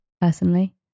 Personally